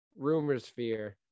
rumorsphere